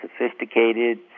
sophisticated